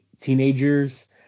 teenagers